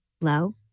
Low